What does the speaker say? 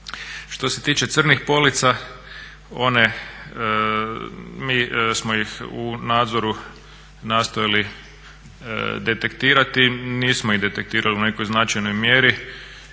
Što se tiče crnih polica one, mi smo ih u nazoru nastojali detektirali, nismo ih detektirali u nekoj značajnoj mjeri.